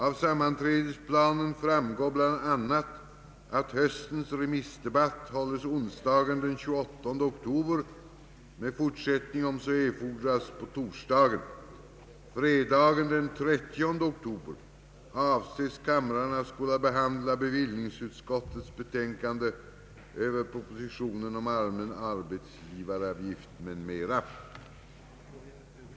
Av sammanträdesplanen framgår bl.a. att höstens remissdebatt hålles onsdagen den 28 oktober med fortsättning, om så erfordras, på torsdagen. Fredagen den 30 oktober avses kamrarna skola behandla bevillningsutskottets betänkande över propositionen om allmän arbetsgivaravgift m.m.